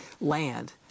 land